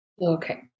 Okay